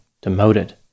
demoted